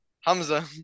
Hamza